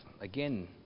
again